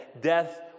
Death